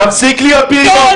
תפסיק להיות בריון.